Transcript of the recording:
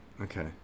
Okay